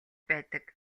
байдаг